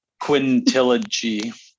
quintilogy